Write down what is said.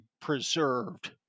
preserved